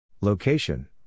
Location